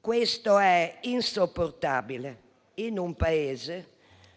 questo è insopportabile in un Paese